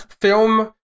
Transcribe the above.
film